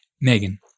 Megan